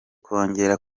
kongera